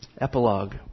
Epilogue